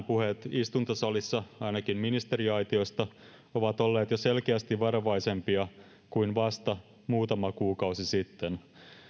puheet istuntosalissa ainakin ministeriaitiosta ovat olleet jo selkeästi varovaisempia kuin vasta muutama kuukausi sitten